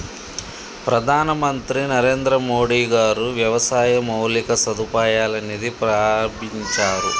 ప్రధాన మంత్రి నరేంద్రమోడీ గారు వ్యవసాయ మౌలిక సదుపాయాల నిధి ప్రాభించారు